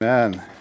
Amen